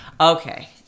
Okay